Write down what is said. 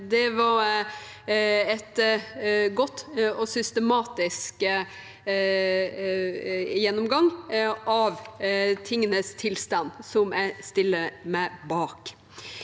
Det var en god og systematisk gjennomgang av tingenes tilstand som jeg stiller meg bak.